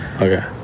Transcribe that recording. Okay